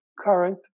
current